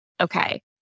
okay